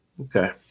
Okay